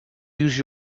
use